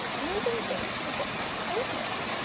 moving things to different places.